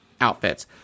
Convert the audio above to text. outfits